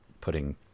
putting